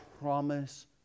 promise